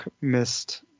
missed